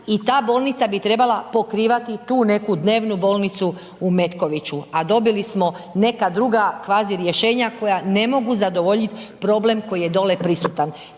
i ta bolnica bi trebala pokrivati tu neku dnevnu bolnicu u Metkoviću, a dobili smo neka druga kvazi rješenja koja ne mogu zadovoljiti problem koji je dolje prisutan.